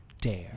dare